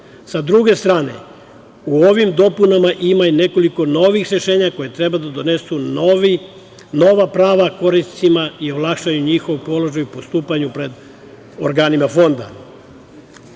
druge strane, u ovim dopunama ima i nekoliko novih rešenja koje treba da donesu nova prava korisnicima i olakšaju njihov položaj u postupanju pred organima